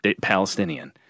Palestinian